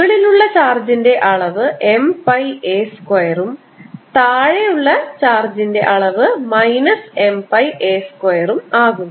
മുകളിലുള്ള ചാർജിൻറെ അളവ് M പൈ a സ്ക്വയറും താഴെയുള്ള ചാർജിൻറെ അളവ് മൈനസ് M പൈ a സ്ക്വയറും ആകുന്നു